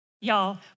Y'all